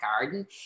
garden